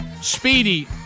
Speedy